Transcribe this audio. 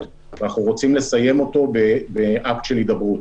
ואנחנו רוצים לסיים אותו באקט של הידברות.